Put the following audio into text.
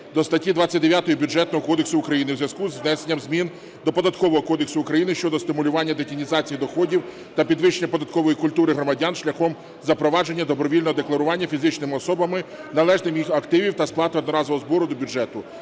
процесуального кодексу України у зв'язку із внесенням змін до Податкового кодексу України щодо стимулювання детінізації доходів та підвищення податкової культури громадян шляхом запровадження добровільного декларування фізичними особами належних їм активів та сплати одноразового збору до бюджету